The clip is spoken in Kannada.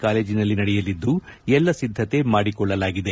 ಕಾಲೇಜನಲ್ಲಿ ನಡೆಯಲಿದ್ದು ಎಲ್ಲ ಸಿದ್ದತೆ ಮಾಡಿಕೊಳ್ಳಲಾಗಿದೆ